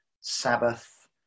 Sabbath